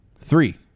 three